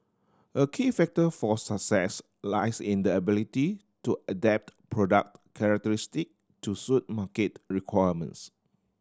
a key factor for success lies in the ability to adapt product characteristic to suit market requirements